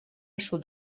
sud